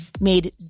made